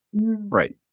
Right